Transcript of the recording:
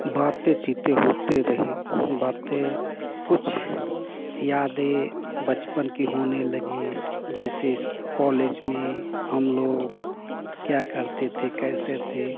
बातचीत होती रही बातें कुछ यादें बचपन की होने लगी जैसे कोलेज में हम लोग क्या करते थे कैसे थे